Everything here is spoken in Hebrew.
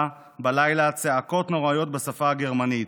בלילה צעקות נוראיות בשפה הגרמנית: